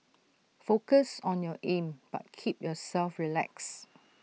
focus on your aim but keep yourself relaxed